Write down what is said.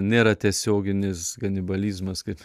nėra tiesioginis kanibalizmas kaip